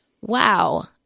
wow